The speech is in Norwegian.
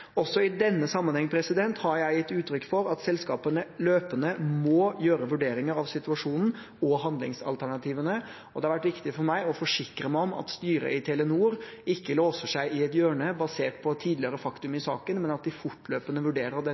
Også i denne sammenhengen har jeg gitt uttrykk for at selskapene løpende må gjøre vurderinger av situasjonen og handlingsalternativene. Det har vært viktig for meg å forsikre meg om at styret i Telenor ikke låser seg inn i et hjørne basert på tidligere fakta i saken, men at de fortløpende vurderer